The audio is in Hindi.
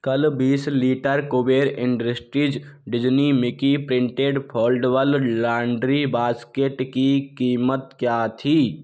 कल बीस litre Kuber industries Disney Mickey printed foldable laundry basket की कीमत क्या थी